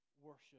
worship